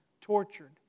tortured